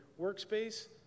workspace